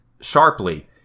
sharply